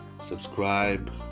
subscribe